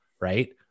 Right